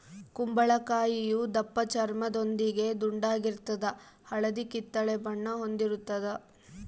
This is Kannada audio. ಕುಂಬಳಕಾಯಿಯು ದಪ್ಪಚರ್ಮದೊಂದಿಗೆ ದುಂಡಾಗಿರ್ತದ ಹಳದಿ ಕಿತ್ತಳೆ ಬಣ್ಣ ಹೊಂದಿರುತದ